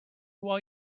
while